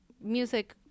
music